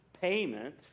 payment